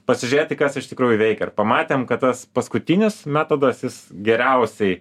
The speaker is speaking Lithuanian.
pasižiūrėti kas iš tikrųjų veikia ir pamatėm kad tas paskutinis metodas jis geriausiai